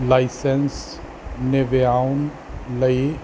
licence ਨਵਿਆਉਣ ਲਈ